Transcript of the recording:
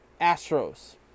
Astros